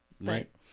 right